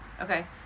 Okay